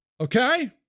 Okay